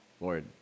Lord